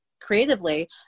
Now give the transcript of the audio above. creatively